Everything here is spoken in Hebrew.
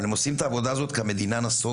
אבל הם עושים את העובדה הזו כי המדינה נסוגה.